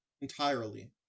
entirely